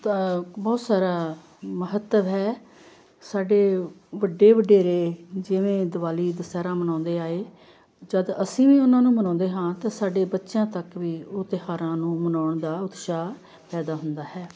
ਧਾ ਬਹੁਤ ਸਾਰਾ ਮਹੱਤਵ ਹੈ ਸਾਡੇ ਵੱਡੇ ਵਡੇਰੇ ਜਿਵੇਂ ਦਿਵਾਲੀ ਦੁਸਹਿਰਾ ਮਨਾਉਂਦੇ ਆਏ ਜਦ ਅਸੀਂ ਵੀ ਉਹਨਾਂ ਨੂੰ ਮਨਾਉਂਦੇ ਹਾਂ ਤਾਂ ਸਾਡੇ ਬੱਚਿਆਂ ਤੱਕ ਵੀ ਉਹ ਤਿਉਹਾਰਾਂ ਨੂੰ ਮਨਾਉਣ ਦਾ ਉਤਸ਼ਾਹ ਪੈਦਾ ਹੁੰਦਾ ਹੈ